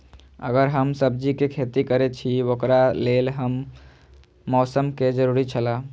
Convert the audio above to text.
अगर हम सब्जीके खेती करे छि ओकरा लेल के हन मौसम के जरुरी छला?